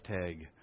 tag